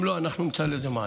אם לא, אנחנו נמצא לזה מענה.